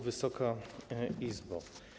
Wysoka Izbo!